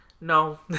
No